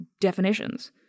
definitions